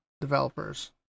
developers